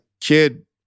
kid